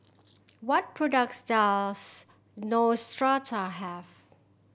what products does Neostrata have